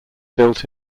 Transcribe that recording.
built